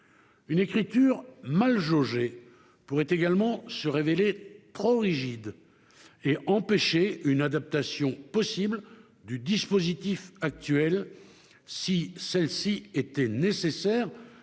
Une écriture mal jaugée pourrait également se révéler trop rigide et empêcher une adaptation possible du dispositif actuel, si celle-ci était nécessaire,